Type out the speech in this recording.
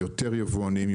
יותר יבואנים,